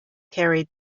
carried